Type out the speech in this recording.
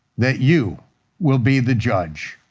that you will be the judge,